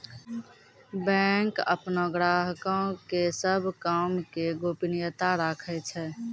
bank अपनो ग्राहको के सभ काम के गोपनीयता राखै छै